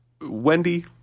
Wendy